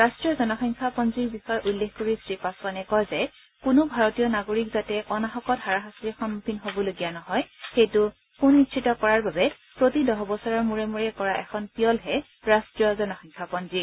ৰাষ্ট্ৰীয় জনসংখ্যা পঞ্জীৰ বিষয়ে উল্লেখ কৰি শ্ৰীপাছোৱানে কয় যে কোনো ভাৰতীয় নাগৰিক যাতে অনাহকত হাৰাশাস্তিৰ সন্মুখীন হ'বলগীয়া নহয় সেইটো নিশ্চিত কৰাৰ বাবে প্ৰতি দহ বছৰৰ মূৰে মূৰে কৰা এখন পিয়লহে ৰট্টীয় জনসংখ্যা পঞ্জী